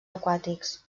aquàtics